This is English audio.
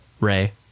Ray